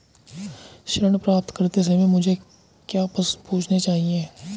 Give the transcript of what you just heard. ऋण प्राप्त करते समय मुझे क्या प्रश्न पूछने चाहिए?